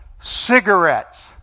cigarettes